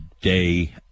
day –